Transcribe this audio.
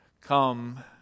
come